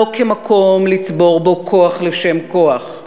לא כמקום לצבור בו כוח לשם כוח,